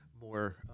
more